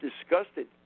disgusted